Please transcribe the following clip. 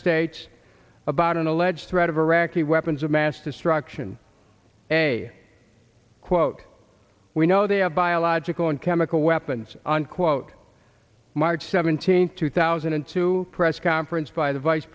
states about an alleged threat of iraqi weapons of mass destruction a quote we know they have biological and chemical weapons unquote march seventeenth two thousand and two press conference by the vice